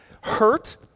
hurt